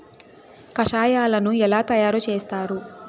కషాయాలను ఎలా తయారు చేస్తారు?